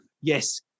Yes